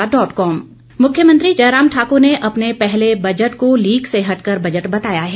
जयराम मुख्यमंत्री जयराम ठाकुर ने अपने पहले बजट को लीक से हटकर बजट बताया है